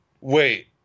wait